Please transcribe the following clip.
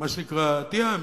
מה שנקרא, תהיה אמיץ,